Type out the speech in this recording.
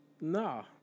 No